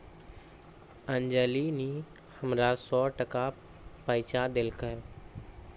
अंजली नी हमरा सौ टका पैंचा देलकै